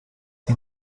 این